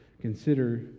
consider